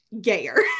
gayer